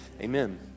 Amen